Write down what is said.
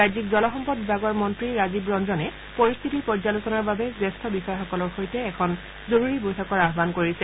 ৰাজ্যিক জলসম্পদ বিভাগৰ মন্ত্ৰী ৰাজীৱ ৰঞ্জনে পৰিস্থিতিৰ পৰ্যালোচনাৰ বাবে জ্যেষ্ঠ বিষয়াসকলৰ সৈতে এখন জৰুৰী বৈঠকৰ আহান কৰিছে